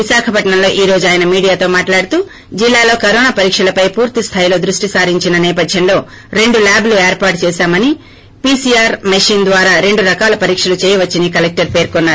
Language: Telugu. విశాఖపట్పంలో ఈ రోజు ఆయాన మీడియాతో మాట్లాడుతూ జిల్లాలో కరోన పరీకల పై పూర్తి స్లాయిలో దృష్టి సారించిన సేపధ్యంలో రెండు ల్యాబ్లు ఏర్పాటు చేసామని పిసిఆర్ మెషిన్ ద్వారా రెండు రకాలా పరీక్షలు చెయ్యవచ్చని కలెక్టర్ పేర్కొన్నారు